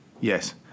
Yes